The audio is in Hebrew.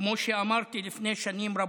כמו שאמרתי לפני שנים רבות,